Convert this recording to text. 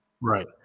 Right